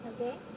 Okay